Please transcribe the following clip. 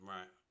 Right